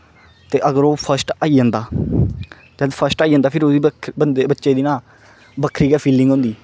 ते अगर ओह् फस्ट आई जंदा ते फस्ट आई जंदा फिर उस बंदे दी बच्चे दी ना बक्खरी गै फीलंग होंदी